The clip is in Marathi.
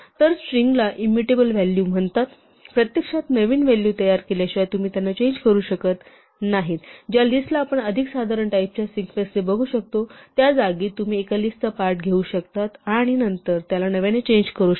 तर स्ट्रिंगला इंमुटेबल व्हॅलू म्हणतात प्रत्यक्षात नवीन व्हॅलू तयार केल्याशिवाय तुम्ही त्यांना चेंज करू शकत नाही ज्या लिस्टला आपण अधिक साधारण टाईपच्या सिक्वेन्सने बघू शकतो त्या जागी तुम्ही एका लिस्टचा एक पार्ट घेऊ शकता आणि नंतर त्याला नव्याने चेंज करू शकता